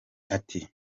ati